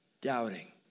doubting